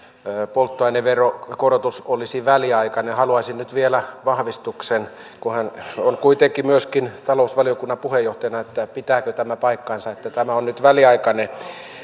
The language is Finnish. polttoaineveron korotus olisi väliaikainen haluaisin nyt vielä siitä vahvistuksen kun hän kuitenkin on myöskin talousvaliokunnan puheenjohtaja pitääkö tämä paikkansa että tämä on nyt väliaikainen